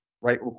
right